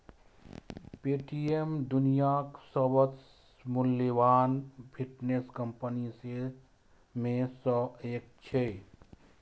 Paytm दुनियाक सबसं मूल्यवान फिनटेक कंपनी मे सं एक छियै